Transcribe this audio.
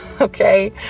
Okay